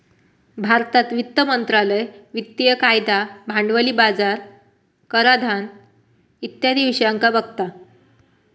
भारतात वित्त मंत्रालय वित्तिय कायदा, भांडवली बाजार, कराधान इत्यादी विषयांका बघता